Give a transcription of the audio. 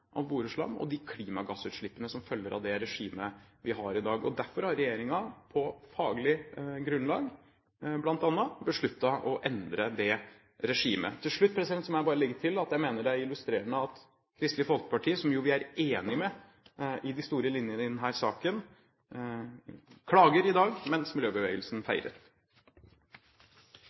av boreslam på land og de klimagassutslippene som følger av det regimet vi har i dag. Derfor har regjeringen, bl.a. på faglig grunnlag, besluttet å endre det regimet. Til slutt må jeg bare legge til at jeg mener det er illustrerende at Kristelig Folkeparti, som vi jo er enige med når det gjelder de store linjene i denne saken, klager i dag, mens miljøbevegelsen